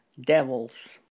devils